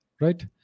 right